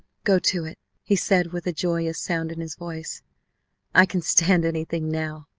go to it he said with a joyous sound in his voice i can stand anything now,